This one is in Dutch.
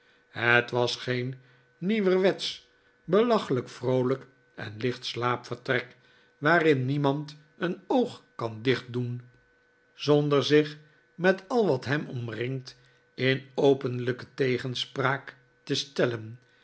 het was geen nieuwerwetsch belachelijk vroolijk en licht slaapvertrek waarin niemand een oog kan dicht doen zonder zich met al wat hem omringt in openlijke tegenspraak te stellen